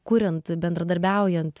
kuriant bendradarbiaujant